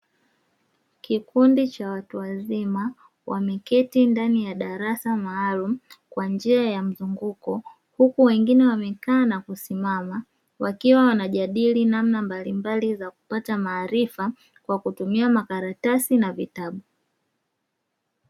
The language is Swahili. Kikundi Cha watu wazima , wameketi ndani ya darasa maalumu kwanjia ya mzunguko , huku wengine wakiwa wamekaa na kusimama, wakiwa wanajadili namna mbalimbali za kupata maarifa, kwakutumia makaratasi na vitabu .